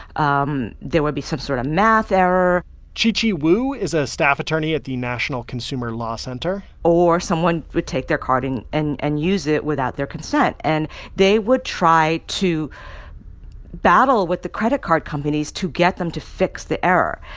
um there would be some sort of math error chi chi wu is a staff attorney at the national consumer law center or someone would take their carding and and use it without their consent. and they would try to battle with the credit card companies to get them to fix the error.